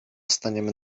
staniemy